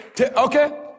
okay